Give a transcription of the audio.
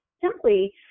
simply